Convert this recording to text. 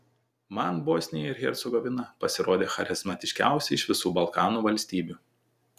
man bosnija ir hercegovina pasirodė charizmatiškiausia iš visų balkanų valstybių